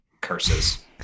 Curses